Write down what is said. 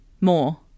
more